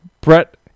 Brett